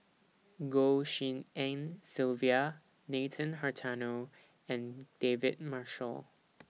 Goh Tshin En Sylvia Nathan Hartono and David Marshall